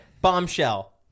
Bombshell